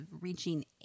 reaching